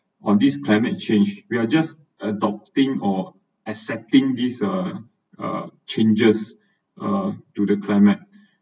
on this climate change we are just adopting or accepting this uh uh changes uh to the climate